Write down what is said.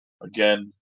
again